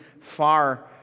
far